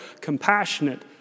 compassionate